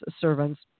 servants